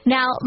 Now